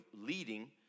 leading